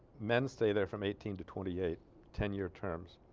men stay there from eighteen to twenty eight ten-year terms